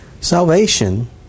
Salvation